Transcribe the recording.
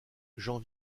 jean